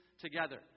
together